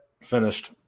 Finished